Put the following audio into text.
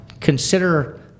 consider